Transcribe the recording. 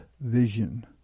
vision